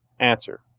answer